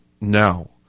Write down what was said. now